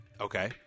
Okay